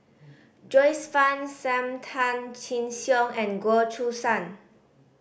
Joyce Fan Sam Tan Chin Siong and Goh Choo San